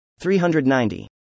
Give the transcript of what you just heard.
390